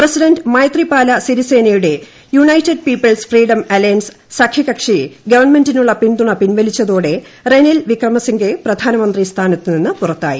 president Maithripala സിരിസേനയുടെ united people's freedom alliance സഖ്യകക്ഷി ഗ്ലൂൺ ്റ്റ്റ്മെന്റിനുള്ള പിന്തുണ പിൻവലിച്ചതോടെ റെനിൽ വിക്രിമൂസീംഗെ പ്രധാനമന്ത്രി സ്ഥാനത്തു നിന്ന് പുറത്തായി